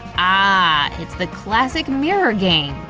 ah, it's the classic mirror game!